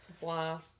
Wow